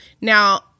Now